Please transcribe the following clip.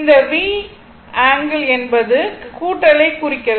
இந்த Va என்பது கூட்டலைக் குறிக்கிறது